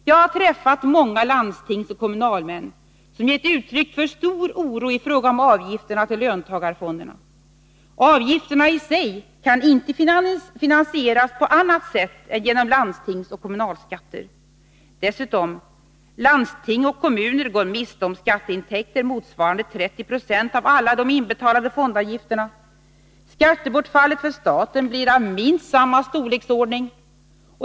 Jag har träffat många landstingsoch kommunalmän som gett uttryck för stor oro i fråga om avgifterna till löntagarfonderna. Avgifterna i sig kan inte finansieras på annat sätt än genom landstingsoch kommunalskatter. Dessutom går landsting och kommuner miste om skatteintäkter motsvarande 30 96 av alla de inbetalade fondavgifterna. Skattebortfallet för staten blir av minst samma storleksordning.